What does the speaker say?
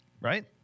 right